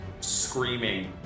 screaming